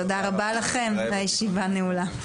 תודה רבה לכם, הישיבה נעולה.